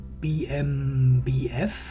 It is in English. BMBF